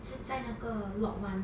是在那个 lot one